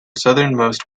southernmost